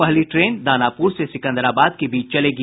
पहली ट्रेन दानापुर से सिकंदराबाद के बीच चलेगी